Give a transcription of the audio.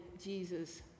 Jesus